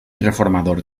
reformador